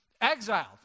Exiled